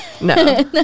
No